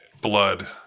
blood